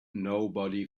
nobody